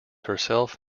herself